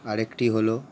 আর একটি হলো